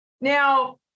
Now